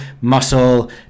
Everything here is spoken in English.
muscle